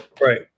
right